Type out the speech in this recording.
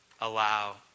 allow